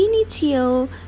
initial